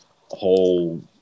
whole